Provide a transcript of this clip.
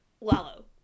Lalo